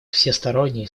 всесторонней